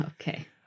Okay